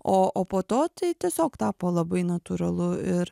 o o po to tai tiesiog tapo labai natūralu ir